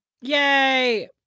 Yay